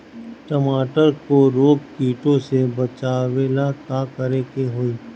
टमाटर को रोग कीटो से बचावेला का करेके होई?